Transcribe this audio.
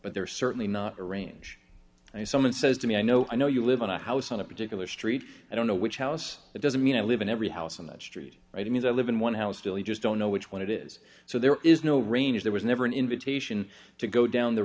but they're certainly not arrange and someone says to me i know i know you live in a house on a particular street i don't know which house it doesn't mean i live in every house on that street right it means i live in one house still you just don't know which one it is so there is no range there was never an invitation to go down the